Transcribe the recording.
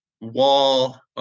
wall